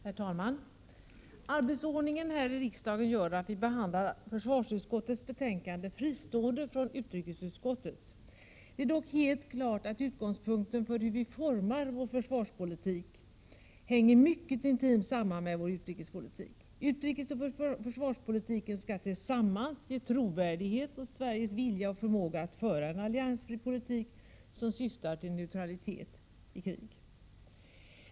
Herr talman! Arbetsordningen här i riksdagen gör att vi behandlar? försvarsutskottets betänkande fristående från utrikesutskottets. Det är dock helt klart att utgångspunkten för hur vi formar vår försvarspolitik mycket intimt hänger samman med vår utrikespolitik. Utrikespolitiken skall tillsammans med försvarspolitiken ge trovärdighet åt Sveriges vilja och förmåga att föra en alliansfri politik som syftar till neutralitet i krig.